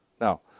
Now